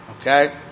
Okay